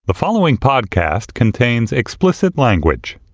the following podcast contains explicit language